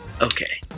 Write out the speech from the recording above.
Okay